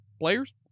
players